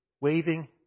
waving